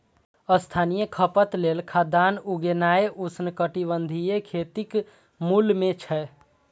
स्थानीय खपत लेल खाद्यान्न उगेनाय उष्णकटिबंधीय खेतीक मूल मे छै